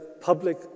public